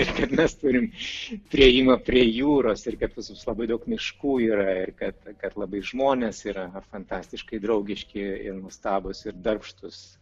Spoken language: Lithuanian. ir kad mes turim priėjimą prie jūros ir kad pas mus labai daug miškų yra kad labai žmonės yra fantastiškai draugiški ir nuostabūs ir darbštūs